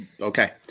Okay